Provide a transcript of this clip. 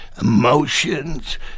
emotions